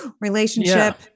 relationship